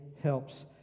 helps